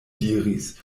diris